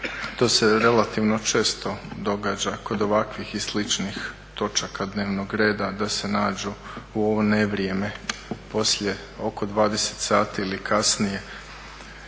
to se relativno često događa kod ovakvih i sličnih točaka dnevnog reda da se nađu u ovo nevrijeme poslije oko 20 sati ili kasnije.